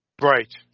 Right